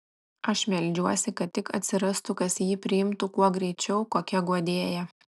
aš meldžiuosi kad tik atsirastų kas jį priimtų kuo greičiau kokia guodėja